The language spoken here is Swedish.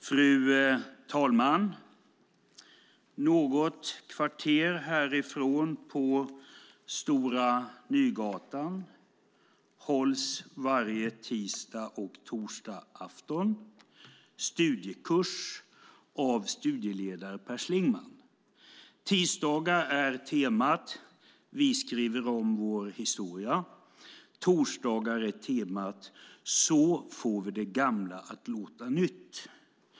Fru talman! Något kvarter härifrån på Stora Nygatan hålls varje tisdags och torsdagsafton studiekurs av studieledare Per Schlingmann. Tisdagar är temat Vi skriver om vår historia, och torsdagar är temat Så får vi det gamla att låta nytt.